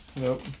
Nope